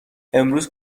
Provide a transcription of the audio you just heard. امروز